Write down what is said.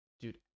Dude